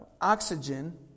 oxygen